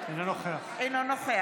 בעד אורית מלכה